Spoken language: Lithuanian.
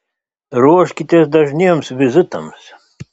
ruoškitės dažniems vizitams